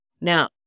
now